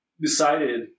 decided